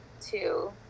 two